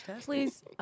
Please